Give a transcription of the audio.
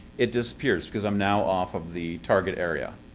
it disappears, because i'm now off of the target area.